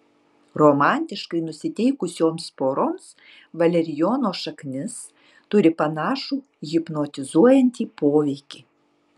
romantiškai nusiteikusioms poroms valerijono šaknis turi panašų hipnotizuojantį poveikį